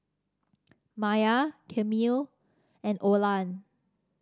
Myah Camille and Olan